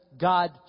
God